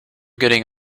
getting